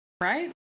Right